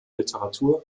literatur